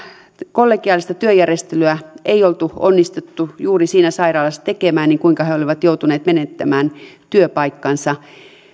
kollegiaalista työjärjestelyä ei oltu onnistuttu juuri siinä sairaalassa tekemään kuinka he olivat joutuneet menettämään työpaikkansa